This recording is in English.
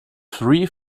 three